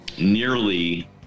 nearly